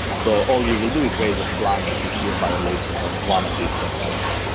so all you will do is raise a flag if you see a violation of one of these constraints.